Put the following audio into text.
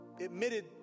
admitted